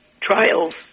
trials